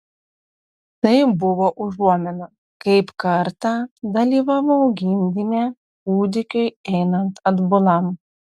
tai buvo užuomina kaip kartą dalyvavau gimdyme kūdikiui einant atbulam